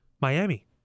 Miami